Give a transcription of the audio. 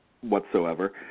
whatsoever